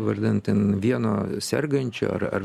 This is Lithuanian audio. vardan ten vieno sergančio ar ar